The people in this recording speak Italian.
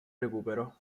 recupero